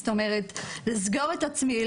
זאת אומרת, לסגור את עצמי.